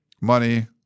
money